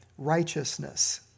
Righteousness